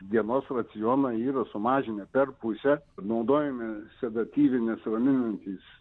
dienos racioną yra sumažinę per pusę naudojami sedatyvinis raminantys